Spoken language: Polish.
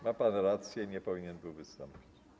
Ma pan rację, nie powinien był wystąpić.